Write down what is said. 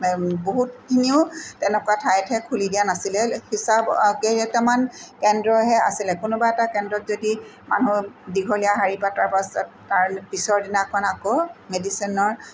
বহুতখিনিও তেনেকুৱা ঠায়ে ঠায়ে খুলি দিয়া নাছিলে হিচাপ কেইটামান কেন্দ্ৰহে আছিলে কোনোবা এটা কেন্দ্ৰত যদি মানুহ দীঘলীয়া শাৰী পাতাৰ পাছত তাৰপিছৰ দিনাখন আকৌ মেডিচিনৰ